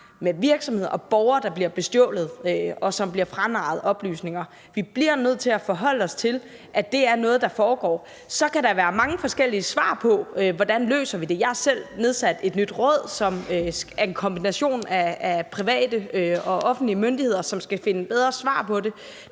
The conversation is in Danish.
med virksomheder og borgere, der bliver bestjålet, og som bliver franarret oplysninger. Vi bliver nødt til at forholde os til, at det er noget, der foregår. Så kan der være mange forskellige svar på, hvordan vi løser det. Jeg har selv nedsat et nyt råd, som er en kombination af private og offentlige myndigheder, og som skal finde bedre svar på det.